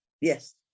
Yes